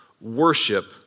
Worship